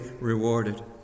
rewarded